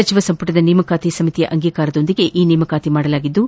ಸಚಿವ ಸಂಪುಟದ ನೇಮಕಾತಿ ಸಮಿತಿಯ ಅಂಗೀಕಾರದೊಂದಿಗೆ ಈ ನೇಮಕಾತಿ ಮಾಡಲಾಗಿದ್ದು